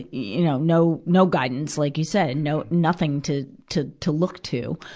you know, no no guidance, like you said. no, nothing to, to, to look to.